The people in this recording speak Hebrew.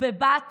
בבת